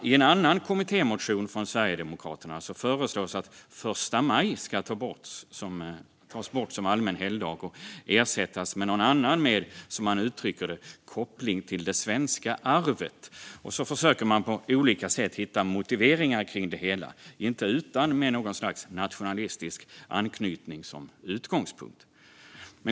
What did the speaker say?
I en annan kommittémotion från Sverigedemokraterna föreslås att första maj ska tas bort som allmän helgdag och ersättas med någon annan med, som man uttrycker det, "koppling till det svenska arvet". Man försöker så på olika sätt hitta motiveringar till det hela, inte utan något slags nationalistisk anknytning som utgångspunkt.